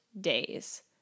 days